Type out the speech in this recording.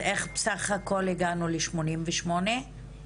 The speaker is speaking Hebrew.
אז איך סך הכל הגענו ל-88 אחוזים?